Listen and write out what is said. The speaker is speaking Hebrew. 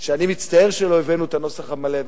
שאני מצטער שלא הבאנו את הנוסח המלא,